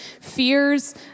fears